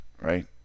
Right